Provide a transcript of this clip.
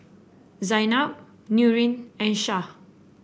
Zaynab Nurin and Syah